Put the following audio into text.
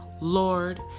Lord